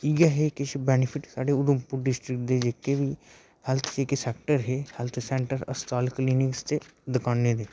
इ'यै हे किश बैनिफिट साढ़ी उधमपुर डिस्ट्रिक दे जेह्के बी हैल्थ दे जेह्के बी सैक्टर हे हैल्थ सैंटर अस्पताल कलीनिकें ते दकानें दे